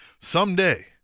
Someday